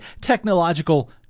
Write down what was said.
technological